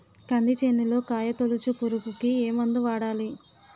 కంది చేనులో కాయతోలుచు పురుగుకి ఏ మందు వాడాలి?